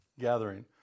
gathering